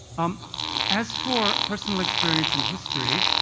um as for personal experience and history,